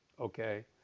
Okay